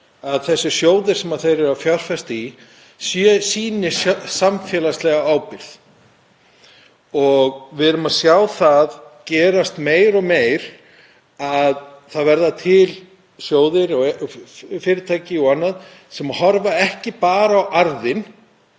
sem þessir sjóðir sem þeir eru að fjárfesta í sýni samfélagslega ábyrgð. Við sjáum það gerast sífellt oftar að það verða til sjóðir og fyrirtæki og annað sem horfa ekki bara á arðinn